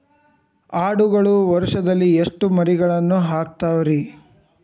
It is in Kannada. ಆಡುಗಳು ವರುಷದಲ್ಲಿ ಎಷ್ಟು ಮರಿಗಳನ್ನು ಹಾಕ್ತಾವ ರೇ?